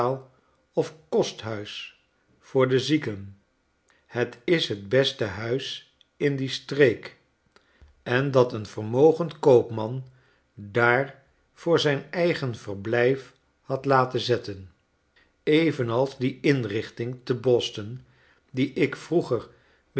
of kosthuis voor de zieken het is het beste huis in die streek en dat een vermogend koopman daar voor zijn eigen verblijf had laten zetten evenals die inrichting te b o s t o n die ik vroeger